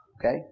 Okay